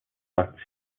not